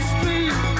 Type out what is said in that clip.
Street